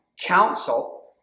Counsel